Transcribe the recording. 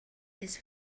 his